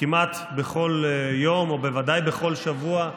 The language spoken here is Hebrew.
כמעט בכל יום, או בוודאי בכל שבוע,